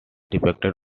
depicted